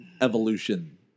evolution